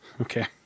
Okay